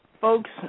Folks